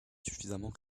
suffisamment